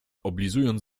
oblizując